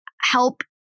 help